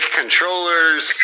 controllers